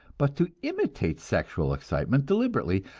but to imitate sexual excitement deliberately,